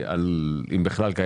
אם בכלל.